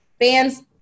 fans